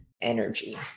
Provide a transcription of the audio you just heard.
energy